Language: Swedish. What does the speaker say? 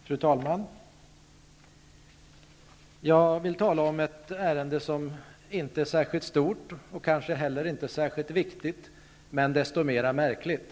Fru talman! Jag vill tala om ett ärende som inte är särskilt stort och kanske heller inte särskilt viktigt. Men det är desto märkligare.